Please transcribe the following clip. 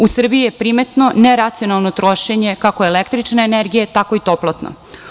U Srbiji je primetno neracionalno trošenje, kako električne energije, tako i toplotne.